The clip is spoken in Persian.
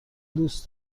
دوست